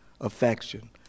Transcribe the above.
affection